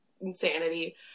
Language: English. insanity